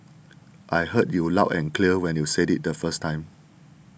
I heard you loud and clear when you said it the first time